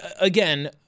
again